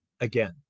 Again